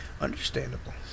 Understandable